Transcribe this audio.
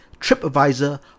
TripAdvisor